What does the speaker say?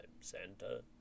Santa